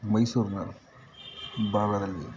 ಮೈಸೂರಿನ ಭಾಗದಲ್ಲಿ